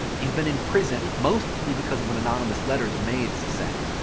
he's been in prison, mostly because of an anonymous letter the maids sent.